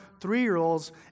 three-year-olds